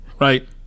Right